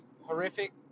horrific